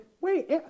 Wait